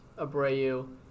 Abreu